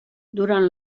durant